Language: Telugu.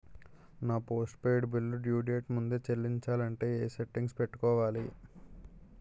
నా postpaid bill due date ముందే చెల్లించాలంటే ఎ సెట్టింగ్స్ పెట్టుకోవాలి?